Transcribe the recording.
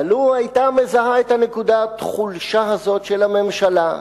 אבל לו היתה מזהה את נקודת החולשה הזאת של הממשלה,